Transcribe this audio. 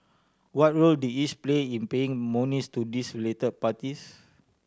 what role did each play in paying monies to these relate parties